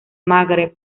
magreb